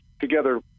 together